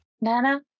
Nana